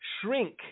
shrink